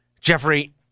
Jeffrey